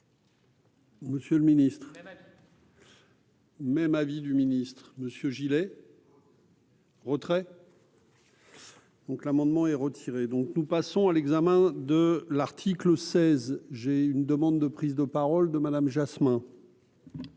Monsieur le Ministre. Même avis du ministre Monsieur Gillet. Retrait. Donc, l'amendement est retiré, donc nous passons à l'examen de l'article 16, j'ai une demande de prise de parole de Madame Jasmin.